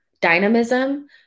dynamism